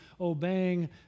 obeying